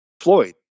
Floyd